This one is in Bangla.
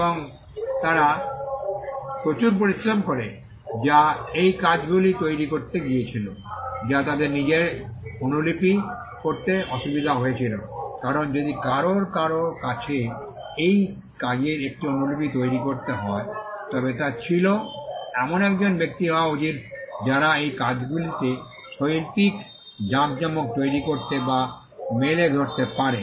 এবং তারা প্রচুর পরিশ্রম করে যা এই কাজগুলি তৈরি করতে গিয়েছিল যা তাদের নিজেই অনুলিপি করতে অসুবিধা হয়েছিল কারণ যদি কারও কারও কাছে এই কাজের একটি অনুলিপি তৈরি করতে হয় তবে তা ছিল এমন একজন ব্যক্তি হওয়া উচিত যারা এই কাজগুলিতে শৈল্পিক জাঁকজমক তৈরি করতে বা মেলে ধরতে পারে